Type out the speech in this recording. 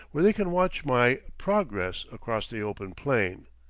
where they can watch my, progress across the open plain.